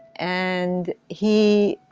and he